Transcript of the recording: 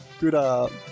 Good